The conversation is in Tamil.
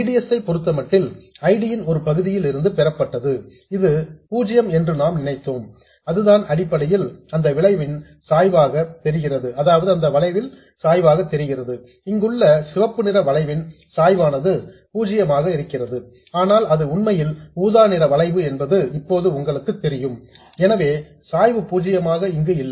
V D S ஐ பொருத்தமட்டில் I D ன் ஒரு பகுதியிலிருந்து பெறப்பட்டது இது பூஜ்ஜியம் என்று நாம் நினைத்தோம் அதுதான் அடிப்படையில் இந்த வளைவின் சாய்வாக தெரிகிறது இங்குள்ள சிவப்புநிற வளைவின் சாய்வானது பூஜ்யமாக இருக்கிறது ஆனால் அது உண்மையில் ஊதாநிற வளைவு என்று இப்போது உங்களுக்கு தெரியும் எனவே சாய்வு பூஜ்யமாக இங்கு இல்லை